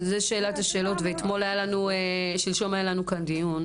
זו שאלת השאלות, ושלשום היה לנו כאן דיון.